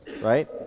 right